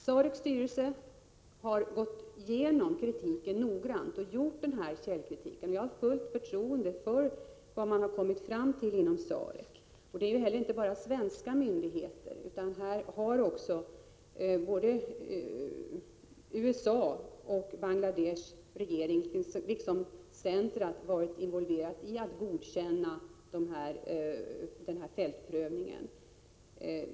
SAREC:s styrelse har noggrant gått igenom kritiken. Jag har fullt förtroende för vad man har kommit fram till inom SAREC. Det gäller inte heller bara svenska myndigheter, utan både USA och regeringen i Bangladesh har liksom centret varit involverade i att godkänna denna fältprövning.